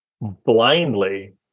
blindly